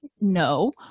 No